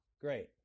Great